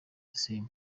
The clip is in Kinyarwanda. same